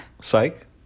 Psych